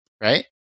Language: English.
right